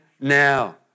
now